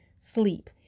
sleep